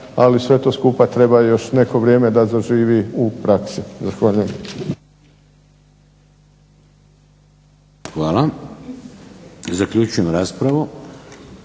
ali sve to skupa treba još neko vrijeme da zaživi u praksi, zahvaljujem. **Šeks, Vladimir